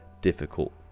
difficult